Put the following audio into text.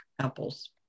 apples